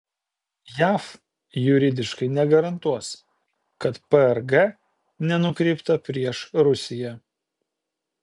jav juridiškai negarantuos kad prg nenukreipta prieš rusiją